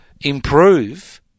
improve